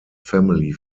family